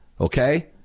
Okay